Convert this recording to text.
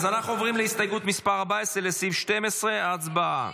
אז אנחנו עוברים להסתייגות 14 לסעיף 12. הצבעה.